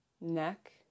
neck